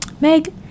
Meg